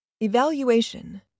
Evaluation